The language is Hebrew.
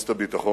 במועצת הביטחון.